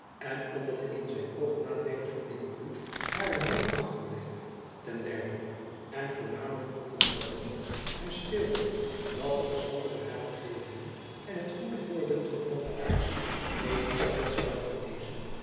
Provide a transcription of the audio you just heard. en onder den in zijn oog nadeeligen invloed harer moeder achterbleef ten derden en voornamelijk omdat de hoop hem streelde dat de verstandige raadgevingen en het goede voorbeeld van tante aarssen elizabeth zouden genezen